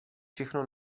všechno